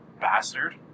Bastard